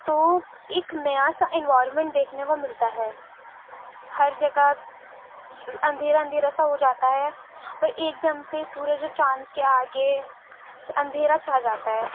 تو ایک نیا سا انوائرمینٹ دیکھنے کو ملتا ہے ہر جگہ اندھیرا اندھیرا سا ہو جاتا ہے اور ایک دم سے سورج اور چاند کے آگے اندھیرا چھا جاتا ہے